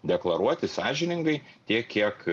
deklaruoti sąžiningai tiek kiek